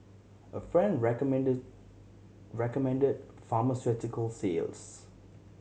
a friend recommended recommended pharmaceutical sales